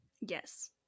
Yes